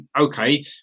okay